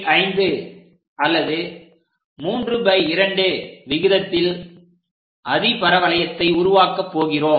5 அல்லது 32 விகிதத்தில் அதிபரவளையத்தை உருவாக்கப் போகிறோம்